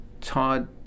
Todd